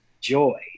joy